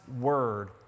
Word